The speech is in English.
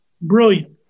brilliant